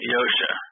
Yosha